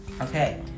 Okay